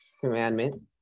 commandment